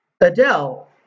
Adele